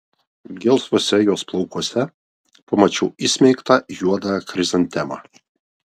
gelsvuose jos plaukuose pamačiau įsmeigtą juodą chrizantemą